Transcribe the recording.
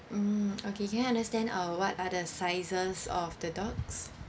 mm okay can I understand uh what are the sizes of the dogs